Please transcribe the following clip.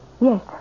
Yes